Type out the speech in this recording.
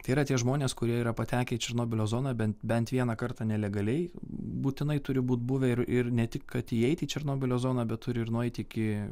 yra tie žmonės kurie yra patekę į černobylio zoną bent bent vieną kartą nelegaliai būtinai turi būt buvę ir ir ne tik kad įeiti į černobylio zoną bet turi ir nueiti iki